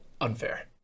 unfair